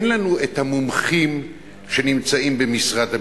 אין לנו המומחים שנמצאים במשרד המשפטים,